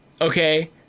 Okay